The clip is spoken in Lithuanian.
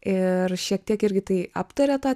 ir šiek tiek irgi tai aptarė tą